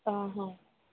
ହଁ ହଁ